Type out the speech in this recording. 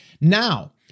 now